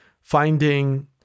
finding